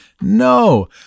No